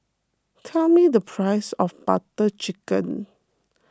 tell me the price of Butter Chicken